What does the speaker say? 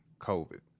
COVID